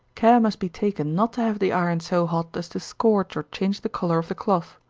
care must be taken not to have the iron so hot as to scorch or change the color of the cloth.